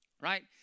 right